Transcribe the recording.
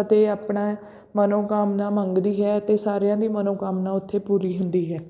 ਅਤੇ ਆਪਣਾ ਮਨੋਕਾਮਨਾ ਮੰਗਦੀ ਹੈ ਅਤੇ ਸਾਰਿਆਂ ਦੀ ਮਨੋਕਾਮਨਾ ਉੱਥੇ ਪੂਰੀ ਹੁੰਦੀ ਹੈ